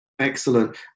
Excellent